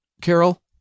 Carol